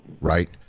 right